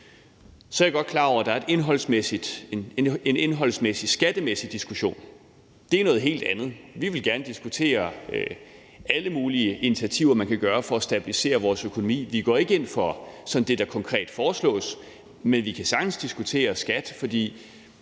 Så er jeg godt klar over, at der indholdsmæssigt er en skattemæssig diskussion – det er noget helt andet. Vi vil gerne diskutere alle mulige initiativer, man kan gøre, for at stabilisere vores økonomi. Vi går ikke ind for det, der sådan konkret foreslås, men vi kan sagtens diskutere skat. Og